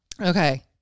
Okay